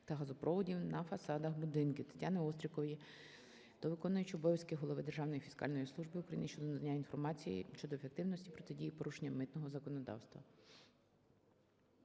та газопроводів на фасадах будинків. ТетяниОстрікової до виконуючого обов'язки Голови Державної фіскальної служби України щодо надання інформації щодо ефективності протидії порушенням митного законодавства.